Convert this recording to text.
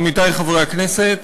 עמיתי חברי הכנסת,